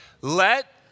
Let